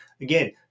Again